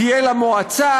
תהיה לה מועצה,